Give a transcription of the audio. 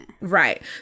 right